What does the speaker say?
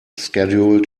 scheduled